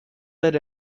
that